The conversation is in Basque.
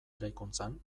eraikuntzan